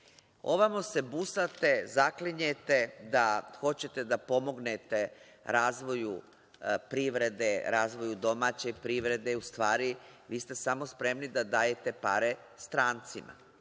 Ovamo se busate, zaklinjete da hoćete da pomognete razvoju privrede, razvoju domaće privrede, u stvari vi ste samo spremni da dajete pare strancima.